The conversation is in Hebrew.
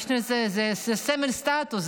זה סמל סטטוס,